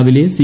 രാവിലെ സി